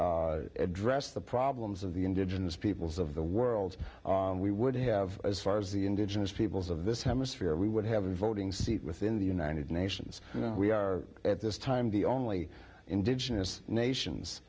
address the problems of the indigenous peoples of the world we would have as far as the indigenous peoples of this hemisphere we would have a voting seat within the united nations we are at this time the only indigenous nations